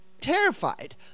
terrified